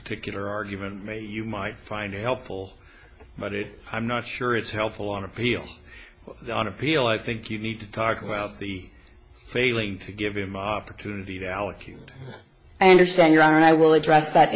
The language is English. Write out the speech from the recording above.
particular argument you might find helpful but it i'm not sure it's helpful on appeal on appeal i think you need to talk about the failing to give him opportunity to allocute i understand your honor and i will address that